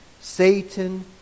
Satan